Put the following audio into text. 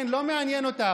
כן, לא מעניין אותך.